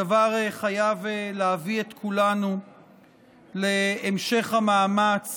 הדבר חייב להביא את כולנו להמשך המאמץ